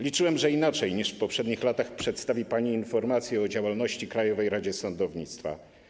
Liczyłem na to, że inaczej niż w poprzednich latach przedstawi pani informację o działalności Krajowej Rady Sądownictwa.